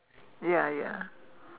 ya ya